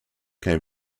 came